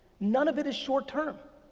none of it is short term.